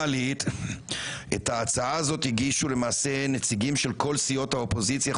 פרוצדורלית את ההצעה הזו הגישו למעשה נציגים של כל סיעות האופוזיציה,